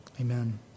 Amen